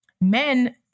men